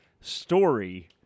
story